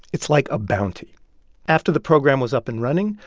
it's like a bounty after the program was up and running,